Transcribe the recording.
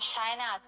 China